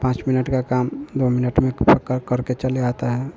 पाँच मिनट का काम दो मिनट में कर कर के चले आता है